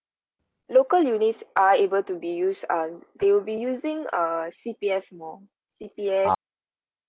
local unis~ are able to be used on they will be using uh C_P_F more C_P_F